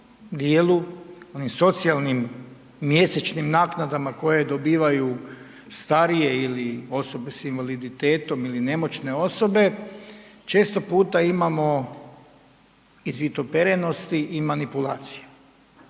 dijelu, onim socijalnim mjesečnim naknadama koje dobivaju starije ili osobe s invaliditetom ili nemoćne osobe, često puta imamo izvitoperenosti i manipulacije,